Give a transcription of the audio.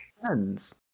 Friends